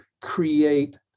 create